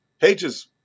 Pages